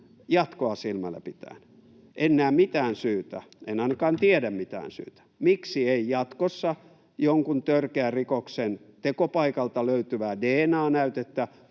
jatkoa silmällä pitäen en näe mitään syytä — en ainakaan tiedä mitään syytä — miksi ei jatkossa jonkun törkeän rikoksen tekopaikalta löytyvää dna-näytettä